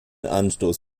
anstoß